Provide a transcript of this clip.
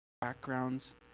backgrounds